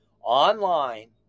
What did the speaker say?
online